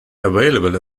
available